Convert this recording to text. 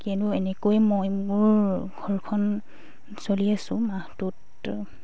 কিয়নো এনেকৈ মই মোৰ ঘৰখন চলি আছোঁ মাহটোত